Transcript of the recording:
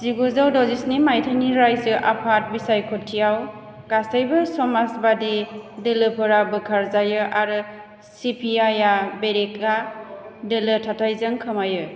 जिगुजौ द'जिस्नि मायथाइनि रायजो आफाद बिसायख'थियाव गासैबो समाजबादि दोलोफोरा बोखार जायो आरो सि पि आइ आ बेरेखा दोलो थाथाइजों खोमायो